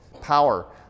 Power